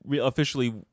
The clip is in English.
officially